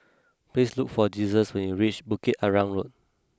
please look for Jesus when you reach Bukit Arang Road